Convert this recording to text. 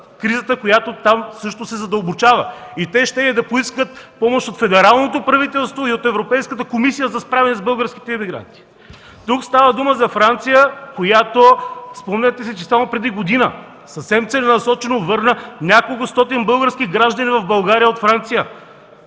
кризата, която там също се задълбочава, и те щели да поискат помощ от федералното правителство и от Европейската комисия за справяне с българските имигранти. Тук става дума за Франция, която, спомняте си, че само преди година съвсем целенасочено върна няколкостотин български граждани в България от Франция,